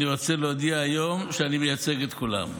אני רוצה להודיע היום שאני מייצג את כולם.